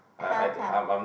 how come